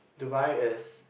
Dubai is